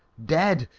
dead!